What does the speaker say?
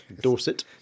Dorset